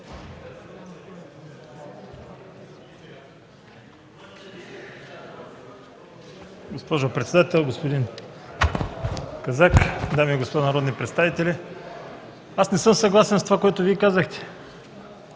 Госпожо председател, господин Казак, дами и господа народни представители! Не съм съгласен с това, което казахте